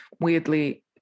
weirdly